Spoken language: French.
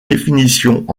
définitions